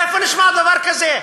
איפה נשמע דבר כזה?